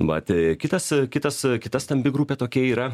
mat kitas kitas kita stambi grupė tokia yra